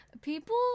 People